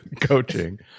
coaching